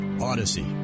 odyssey